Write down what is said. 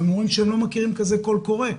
הם אומרים שהם לא מכירים כזה קול קורא.